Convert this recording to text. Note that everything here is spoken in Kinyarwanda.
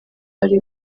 ari